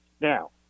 Now